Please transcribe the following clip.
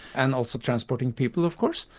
and also transporting people of course.